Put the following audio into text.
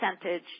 percentage